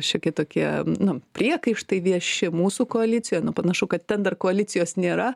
šiokie tokie nu priekaištai vieši mūsų koalicijoj nu panašu kad ten dar koalicijos nėra